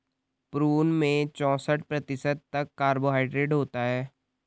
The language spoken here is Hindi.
प्रून में चौसठ प्रतिशत तक कार्बोहायड्रेट होता है